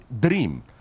dream